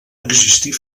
existir